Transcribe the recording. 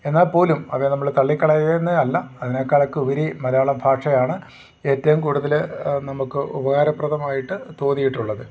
എന്നാൽപ്പോലും അവയെ നമ്മൾ തള്ളിക്കളയുന്നതല്ല അതിനേക്കാളൊക്കെ ഉപരി മലയാള ഭാഷയാണ് ഏറ്റവും കൂടുതൽ നമുക്ക് ഉപകാരപ്രദമായിട്ട് തോന്നിയിട്ടുള്ളത്